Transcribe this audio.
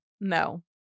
No